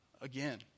again